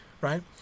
right